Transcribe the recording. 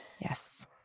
Yes